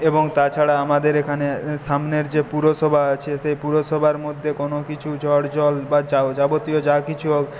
এবং তাছাড়া আমাদের এখানে সামনের যে পুরসভা আছে সেই পুরসভার মধ্যে কোনো কিছু ঝড় জল বা যা যাবতীয় যা কিছু